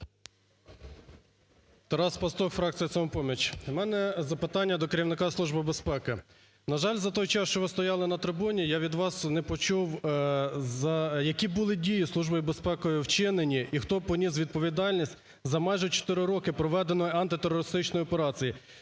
Тарас Пастух фракція "Самопоміч". У мене запитання до керівника Служби безпеки. На жаль, на той час, що ви стояли на трибуні, я від вас не почув, які були дії Службою безпеки вчинені і хто поніс відповідальність за майже чотири роки проведеної антитерористичної операції?